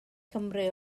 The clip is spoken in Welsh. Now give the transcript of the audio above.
cymru